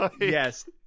Yes